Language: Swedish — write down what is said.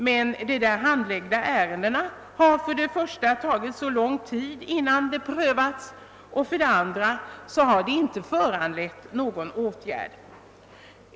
Men för det första har det tagit lång tid innan de där handlagda ärendena prövats, och för det andrahar de inte föranlett någon åtgärd.